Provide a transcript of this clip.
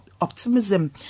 optimism